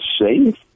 safe